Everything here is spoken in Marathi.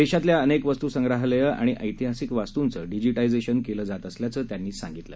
देशातल्या अनेक वस्तुसंग्राहलयं आणि ऐतिहासिक वास्तुंचं डिजीटायझेशन केलं जात असल्याचं ते म्हणाले